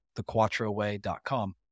thequattroway.com